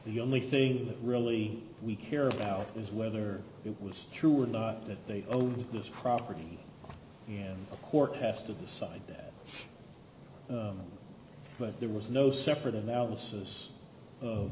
the only thing that really we care about is whether it was true or not that they owed this property and a court has to decide that but there was no separate analysis of